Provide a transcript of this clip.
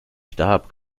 starb